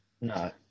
no